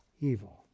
evil